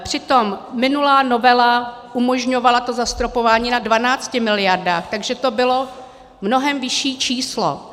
Přitom minulá novela umožňovala to zastropování na 12 mld., takže to bylo mnohem vyšší číslo.